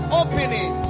opening